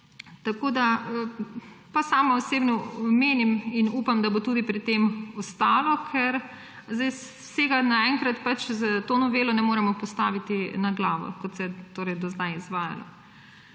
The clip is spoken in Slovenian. da največ dva. Osebno menim in upam, da bo tudi pri tem ostalo, ker zdaj vsega naenkrat pač s to novelo ne moremo postaviti na glavo, kot se je do zdaj izvajalo.